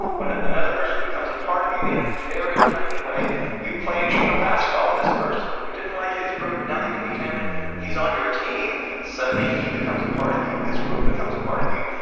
when another person becomes a part of you, even in a very tiny way you play intramural basketball with this person. and you didn't like his group. but now that you meet him and he's on your team, suddenly he becomes a part of you. his group becomes a part of you.